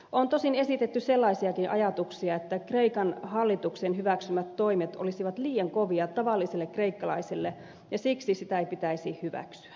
on tosin esitetty sellaisiakin ajatuksia että kreikan hallituksen hyväksymät toimet olisivat liian kovia tavalliselle kreikkalaiselle ja siksi niitä ei pitäisi hyväksyä